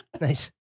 Nice